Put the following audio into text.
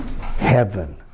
Heaven